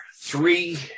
three